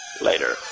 later